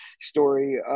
story